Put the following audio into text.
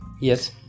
Yes